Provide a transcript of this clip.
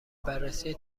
بررسی